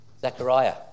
Zechariah